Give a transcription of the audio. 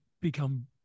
become